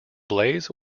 blaze